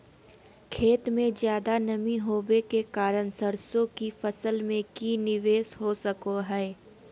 खेत में ज्यादा नमी होबे के कारण सरसों की फसल में की निवेस हो सको हय?